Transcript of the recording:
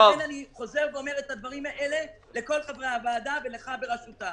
ולכן אני חוזר ואומר את הדברים האלה לכל חברי הוועדה ולך בראשותה.